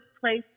place